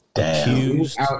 Accused